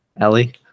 Ellie